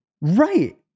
Right